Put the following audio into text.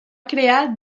crear